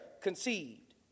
conceived